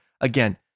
again